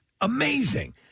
amazing